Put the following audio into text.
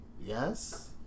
Yes